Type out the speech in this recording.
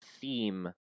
theme